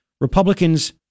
Republicans